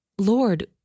Lord